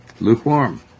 lukewarm